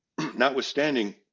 notwithstanding